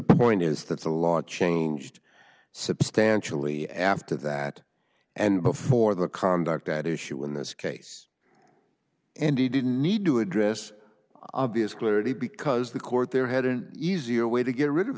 point is that the law changed substantially after that and before the conduct at issue in this case and he didn't need to address obvious clarity because the court there had an easier way to get rid of